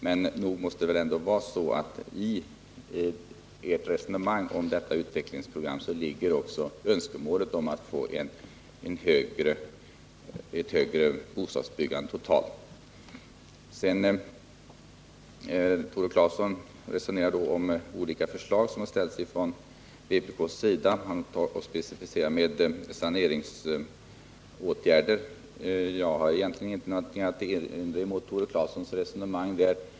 Men nog måste det väl ändå vara så att i ert resonemang om utvecklingsprogrammet ligger också önskemålet att få ett högre bostadsbyggande totalt sett. Tore Claeson resonerar om olika förslag som ställts ifrån vpk:s sida och specificerar med saneringsåtgärder. Jag har egentligen inte någonting att erinra mot Tore Claesons resonemang där.